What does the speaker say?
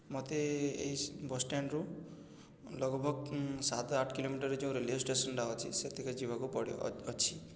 ମୋତେ ଏଇ ବସ୍ ଷ୍ଟାଣ୍ଡରୁ ଲଗ୍ଭଗ୍ ସାତ ଆଠ କିଲୋମିଟର ଯେଉଁ ରେଲୱେ ଷ୍ଟେସନ୍ଟା ଅଛି ସେତେକ ଯିବାକୁ ପଡ଼ିବ ଅଛି